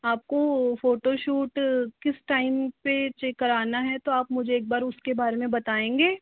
आपको फोटोशूट किस टाइम पर कराना है तो आप मुझे एक बार उसके बारे में बताएंगे